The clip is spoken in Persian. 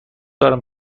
دارم